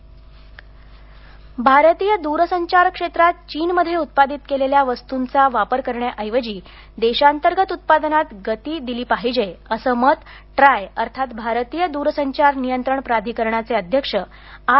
try भारतीय द्रसंचार क्षेत्रात चीनमध्ये उत्पादित केलेल्या वस्तूंचा वापर करण्याएवजी देशांतर्गत उत्पादनात गती दिली पाहिजे असं मत ट्राय अर्थात भारतीय दूरसंचार नियंत्रण प्राधिकरणाचे अध्यक्ष आर